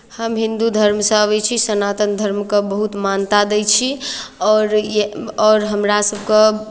हम हिन्दू धर्मसँ अबै छी सनातन धर्मकेँ बहुत मान्यता दै छी आओर आओर हमरासभके